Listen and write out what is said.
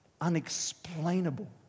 unexplainable